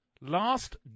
last